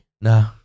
No